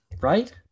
Right